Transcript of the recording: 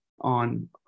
on